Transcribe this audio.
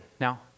Now